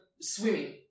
swimming